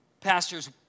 pastor's